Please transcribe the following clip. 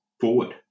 forward